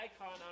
icon